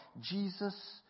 Jesus